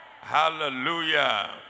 hallelujah